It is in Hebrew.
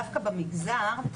דווקא במגזר,